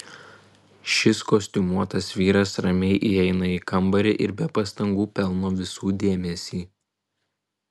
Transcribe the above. šis kostiumuotas vyras ramiai įeina į kambarį ir be pastangų pelno visų dėmesį